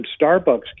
Starbucks